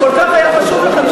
כל כך היה חשוב לכם,